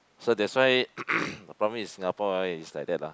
so that's why the problem in Singapore right is like that lah